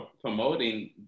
promoting